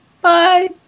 Bye